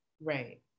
right